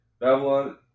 Babylon